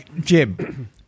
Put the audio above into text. jim